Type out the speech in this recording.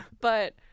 But-